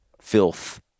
filth